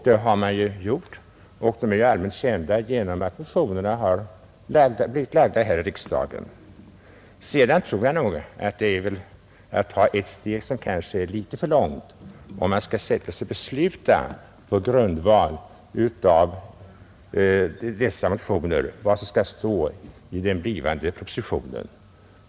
Det har man gjort, och dessa är ju allmänt kända genom att motionerna har blivit lagda här i riksdagen, Sedan tror jag att det skulle vara att ta ett litet för långt steg om man på grundval av dessa motioner skulle besluta vad som skall stå i den blivande propositionen.